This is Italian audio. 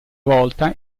volta